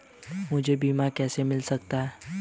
मुझे बीमा कैसे मिल सकता है?